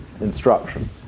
instruction